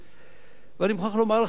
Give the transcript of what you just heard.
ואני מוכרח לומר לך עוד דבר אחד,